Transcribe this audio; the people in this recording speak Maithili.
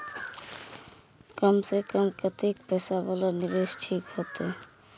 कम से कम कतेक पैसा वाला निवेश ठीक होते?